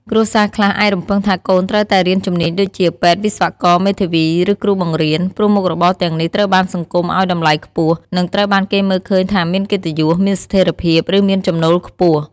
គ្រួសារខ្លះអាចរំពឹងថាកូនត្រូវតែរៀនជំនាញដូចជា ពេទ្យ វិស្វករ មេធាវី ឬគ្រូបង្រៀន ព្រោះមុខរបរទាំងនេះត្រូវបានសង្គមឲ្យតម្លៃខ្ពស់ និងត្រូវបានគេមើលឃើញថាមានកិត្តិយស មានស្ថិរភាព ឬមានចំណូលខ្ពស់។